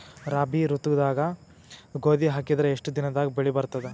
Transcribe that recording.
ರಾಬಿ ಋತುದಾಗ ಗೋಧಿ ಹಾಕಿದರ ಎಷ್ಟ ದಿನದಾಗ ಬೆಳಿ ಬರತದ?